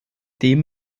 dem